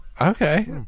Okay